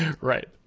Right